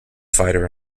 fighter